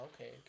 okay